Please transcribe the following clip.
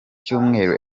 cyumweru